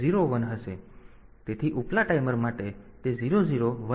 તેથી ઉપલા ટાઈમર માટે તે 0 0 1 0 છે